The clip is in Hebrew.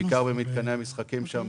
בעיקר במתקני המשחקים שם,